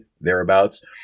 thereabouts